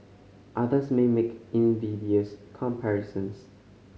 others may make invidious comparisons